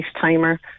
Timer